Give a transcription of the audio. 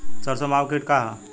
सरसो माहु किट का ह?